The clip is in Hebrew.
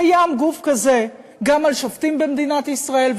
קיים גוף כזה גם על שופטים במדינת ישראל,